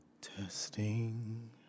Testing